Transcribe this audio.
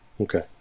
Okay